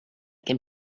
came